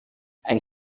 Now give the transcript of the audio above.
ein